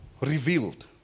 revealed